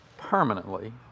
permanently